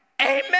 amen